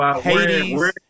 Hades